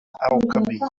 alchemy